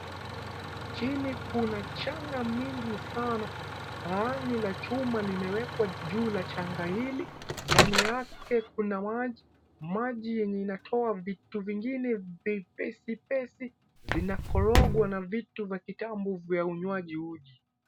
Chini kuna mchanga mingi sana. Sahani la chuma limewekwa juu la changa hili, ndani yake kuna maji, maji yenye inayotoa vitu vingine vyepesi pesi. Vinakorogwa na vitu vya kitambo vya unywaji uji.